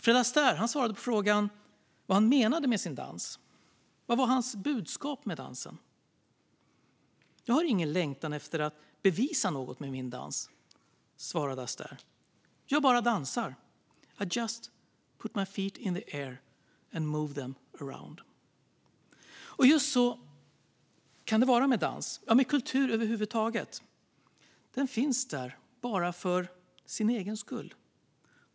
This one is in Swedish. Fred Astaire svarade på frågan vad han menade med sin dans. Vad var hans budskap med dansen? Jag har ingen längtan efter att bevisa något med min dans, svarade Astaire. Jag bara dansar - I just put my feet in the air and move them around. Just så kan det vara med dans, ja, med kultur över huvud taget. Den finns där bara för sin egen skull.